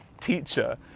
teacher